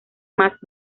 más